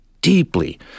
deeply